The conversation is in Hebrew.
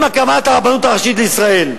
עם הקמת הרבנות הראשית לישראל.